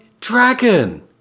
dragon